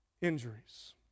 injuries